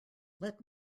let